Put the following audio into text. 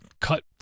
cut